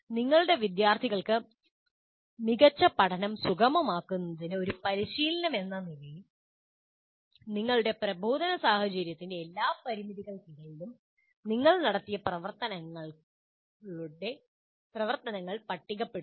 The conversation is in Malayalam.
നിങ്ങളുടെ വിദ്യാർത്ഥികൾക്ക് മികച്ച പഠനം സുഗമമാക്കുന്നതിന് ഒരു പരിശീലനമെന്ന നിലയിൽ നിങ്ങളുടെ പ്രബോധന സാഹചര്യത്തിന്റെ എല്ലാ പരിമിതികൾക്കിടയിലും നിങ്ങൾ നടത്തിയ പ്രവർത്തനങ്ങൾ പട്ടികപ്പെടുത്തുക